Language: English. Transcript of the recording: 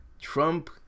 Trump